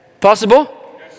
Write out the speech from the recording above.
Possible